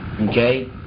Okay